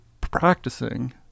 practicing